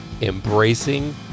embracing